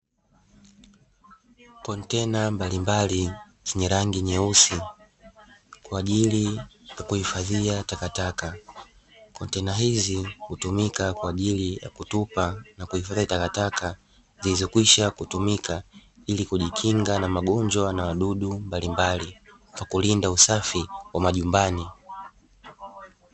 Kontena mbalimbali zenye rangi nyeusi kwa ajili ya kuhifadhia takataka, kontena hizi hutumika kwa ajili ya kutupa na kuhifadhi takataka zilizokwisha kutumika. Ili kujikinga na magonjwa na wadudu mbalimbali kwa kulinda usafi wa majumbani.